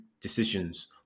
decisions